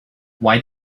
why